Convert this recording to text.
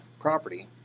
property